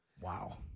Wow